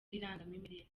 irangamimerere